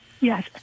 Yes